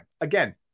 Again